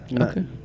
Okay